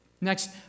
Next